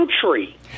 country